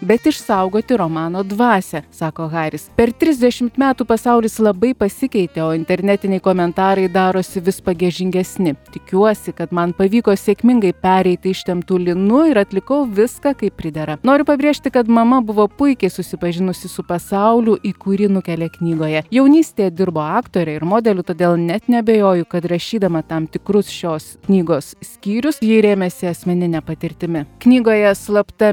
bet išsaugoti romano dvasią sako haris per trisdešimt metų pasaulis labai pasikeitė o internetiniai komentarai darosi vis pagiežingesni tikiuosi kad man pavyko sėkmingai pereiti ištemptu lynu ir atlikau viską kaip pridera noriu pabrėžti kad mama buvo puikiai susipažinusi su pasauliu į kurį nukelia knygoje jaunystėje dirbo aktore ir modeliu todėl net neabejoju kad rašydama tam tikrus šios knygos skyrius ji rėmėsi asmenine patirtimi knygoje slapta